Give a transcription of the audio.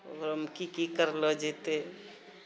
ओकरामे कि कि करलो जेतय